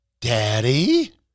Daddy